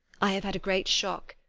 i have had a great shock,